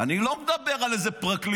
אני לא מדבר על איזה פרקליט.